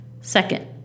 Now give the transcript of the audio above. Second